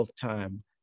time